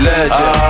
Legend